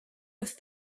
have